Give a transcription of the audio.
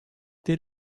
did